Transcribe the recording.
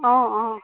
অঁ অঁ